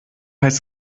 heißt